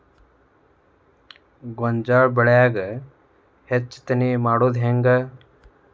ಗೋಂಜಾಳ ಬೆಳ್ಯಾಗ ಹೆಚ್ಚತೆನೆ ಮಾಡುದ ಹೆಂಗ್?